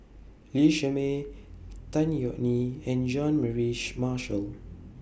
Lee Shermay Tan Yeok Nee and Jean Mary Marshall